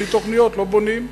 בלי תוכניות לא בונים.